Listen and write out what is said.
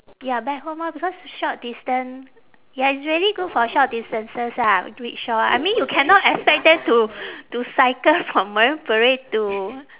ya back home ah because short distance ya it's really good for short distances ah rickshaw I mean you cannot expect them to to cycle from marine parade to